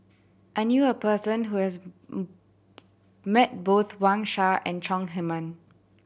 I knew a person who has met both Wang Sha and Chong Heman